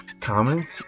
comments